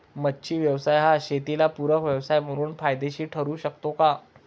मच्छी व्यवसाय हा शेताला पूरक व्यवसाय म्हणून फायदेशीर ठरु शकतो का?